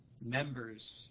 members